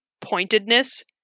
pointedness